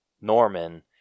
Norman